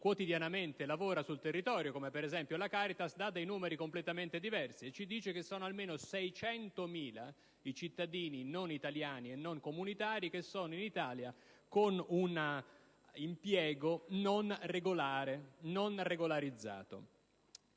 quotidianamente lavora sul territorio, come ad esempio la Caritas, dà dei numeri completamente diversi, e ci dice che sono almeno 600.000 i cittadini non italiani e non comunitari che sono in Italia con un impiego non regolare e non regolarizzato.